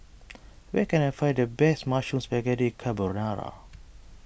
where can I find the best Mushroom Spaghetti Carbonara